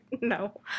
No